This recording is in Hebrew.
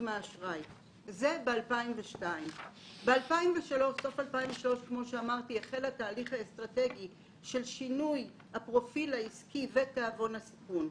בסוף 2003 החל התהליך האסטרטגי של שינוי הפרופיל העסקי ותיאבון הסיכון.